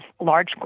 large